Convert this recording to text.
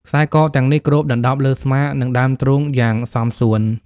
ខ្សែកទាំងនេះគ្របដណ្តប់លើស្មា និងដើមទ្រូងយ៉ាងសមសួន។